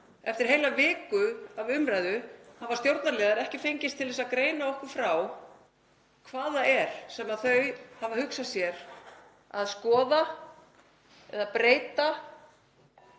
eftir heila viku af umræðu hafa stjórnarliðar ekki fengist til að greina okkur frá því hvað það er sem þau hafa hugsað sér að skoða eða breyta